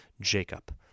Jacob